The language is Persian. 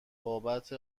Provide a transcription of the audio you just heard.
بابت